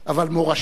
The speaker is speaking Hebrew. אבל מורשתו